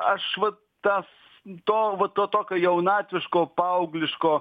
aš va tas to va to tokio jaunatviško paaugliško